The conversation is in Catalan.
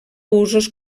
usos